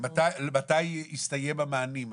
מתי יסתיים המענים?